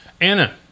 Anna